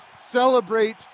celebrate